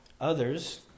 Others